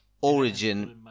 origin